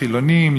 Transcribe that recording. חילונים,